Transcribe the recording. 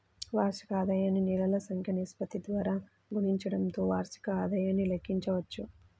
వార్షిక ఆదాయాన్ని నెలల సంఖ్య నిష్పత్తి ద్వారా గుణించడంతో వార్షిక ఆదాయాన్ని లెక్కించవచ్చు